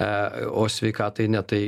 e o sveikatai ne tai